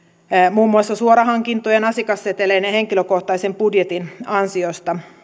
muun muassa suorahankintojen asiakasseteleiden ja henkilökohtaisen budjetin ansiosta